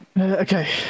Okay